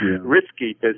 risky